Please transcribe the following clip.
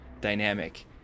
dynamic